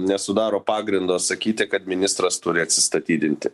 nesudaro pagrindo sakyti kad ministras turi atsistatydinti